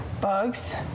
Bugs